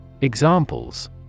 Examples